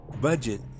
Budget